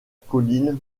colline